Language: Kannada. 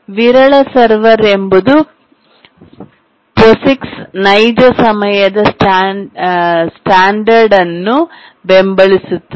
ವಿರಳ ಸರ್ವರ್ ಎಂಬುದು ಪಾಸಿಕ್ಸ್ ನೈಜ ಸಮಯದ ಸ್ಟ್ಯಾಂಡರ್ಡ್ಮಾನನ್ನು ಬೆಂಬಲಿಸುತ್ತದೆ